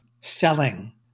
selling